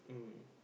mm